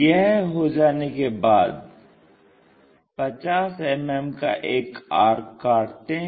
यह हो जाने के बाद 50 मिमी का एक आर्क काटते हैं